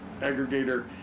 aggregator